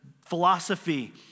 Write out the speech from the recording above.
philosophy